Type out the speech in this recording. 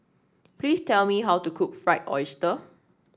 please tell me how to cook Fried Oyster